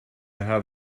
have